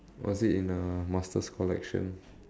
was it in a master's collection